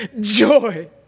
joy